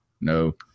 No